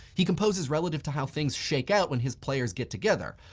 he composes relative to how things shake out when his players get together.